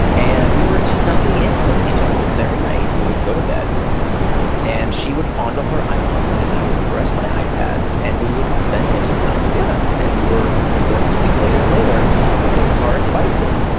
and we were just not being intimate with each other because every night we would go to bed and she would fondle her iphone and i would caress my ipad, and we wouldn't spend any time together. we were you know going to sleep later and later because of our devices.